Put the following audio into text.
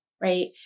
Right